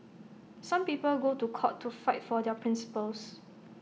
some people go to court to fight for their principles